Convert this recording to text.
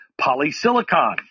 polysilicon